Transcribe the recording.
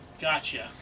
Gotcha